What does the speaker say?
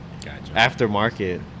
Aftermarket